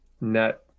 net